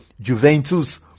Juventus